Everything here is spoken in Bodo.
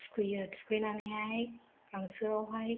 थुखैयो थुखैनानैहाय गांसोयाव हाय